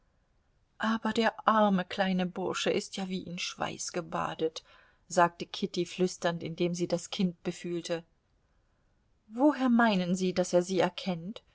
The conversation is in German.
aber der arme kleine bursche ist ja wie in schweiß gebadet sagte kitty flüsternd indem sie das kind befühlte woher meinen sie daß er sie erkennt